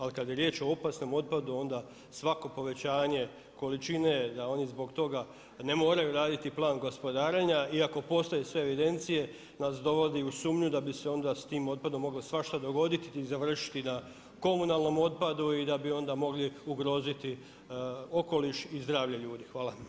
Ali kada je riječ o opasnom otpadu, onda svako povećanje, količine da oni zbog toga ne moraju raditi plan gospodarenja, i ako postoje sve evidencije nas dovodi u sumnju da bi se onda s tim otpadom moglo svašta dogoditi i završiti na komunalnom otpadu i da bi onda mogli ugroziti okoliš i zdravlje ljudi.